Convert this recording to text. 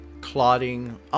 clotting